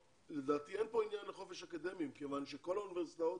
ולדעתי אין פה עניין לחופש אקדמי מכיוון שכל האוניברסיטאות